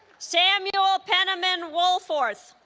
samuel penniman wohlforth